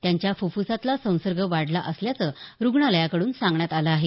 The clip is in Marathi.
त्यांच्या फुफ्फुसांतला संसर्ग वाढला असल्याचं रुग्णालयाकडून सांगण्यात आलं आहे